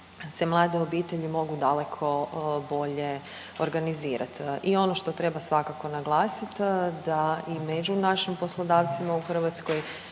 se mlade obitelji mogu daleko bolje organizirati. I ono što treba svakako naglasiti da i među našim poslodavcima u Hrvatskoj